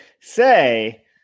say